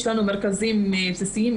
יש לנו מרכזים בסיסיים,